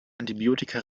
antibiotika